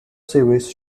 series